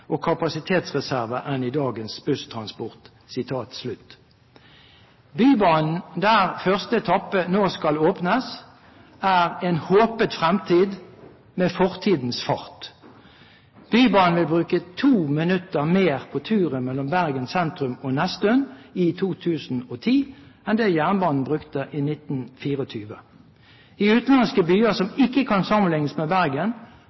og kapasitetsreserver enn i dagens busstransport.» Bybanen, der første etappe nå skal åpnes, er en håpet fremtid med fortidens fart. Bybanen vil bruke 2 minutter mer på turen mellom Bergen sentrum og Nesttun i 2010 enn det jernbanen brukte i 1924. I utenlandske byer som ikke kan sammenlignes med Bergen,